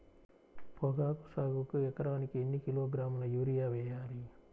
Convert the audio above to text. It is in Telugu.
పొగాకు సాగుకు ఎకరానికి ఎన్ని కిలోగ్రాముల యూరియా వేయాలి?